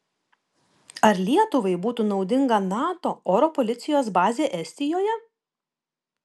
ar lietuvai būtų naudinga nato oro policijos bazė estijoje